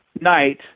night